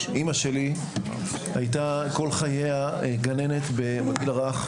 אמא שלי הייתה כל חייה גננת לגיל הרך,